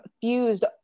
fused